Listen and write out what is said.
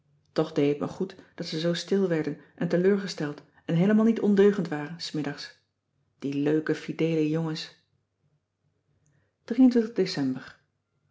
dee t me goed dat ze zoo stil werden en teleurgesteld en heelemaal niet ondeugend waren s middags die leuke fideele jongens ecember